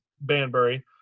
Banbury